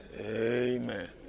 Amen